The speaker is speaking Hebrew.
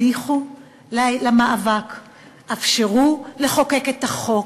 הניחו למאבק, אפשרו לחוקק את החוק,